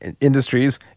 industries